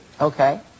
Okay